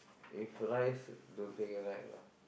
if rice don't think I like lah